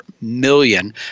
million